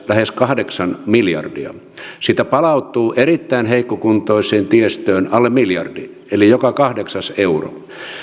lähes kahdeksan miljardia siitä palautuu erittäin heikkokuntoiseen tiestöön alle miljardi eli joka kahdeksas euro